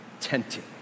tenting